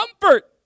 comfort